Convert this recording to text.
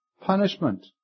punishment